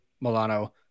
Milano